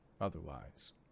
otherwise